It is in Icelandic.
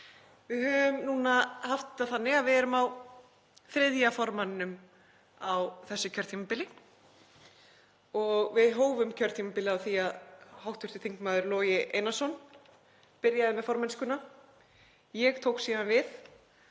Við höfum haft það þannig að við erum á þriðja formanninum á þessu kjörtímabili. Við hófum kjörtímabilið á því að hv. þm. Logi Einarsson byrjaði með formennskuna, ég tók síðan við,